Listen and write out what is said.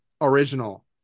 original